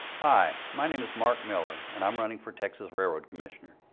hi, my name is mark miller and i'm running for texas railroad commissioner.